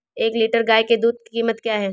एक लीटर गाय के दूध की कीमत क्या है?